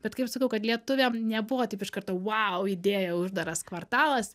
bet kaip sakau kad lietuviam nebuvo tai iš karto vau idėja uždaras kvartalas